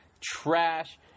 trash